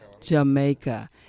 Jamaica